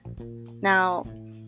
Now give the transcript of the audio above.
now